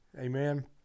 Amen